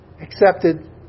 accepted